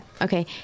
Okay